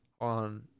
on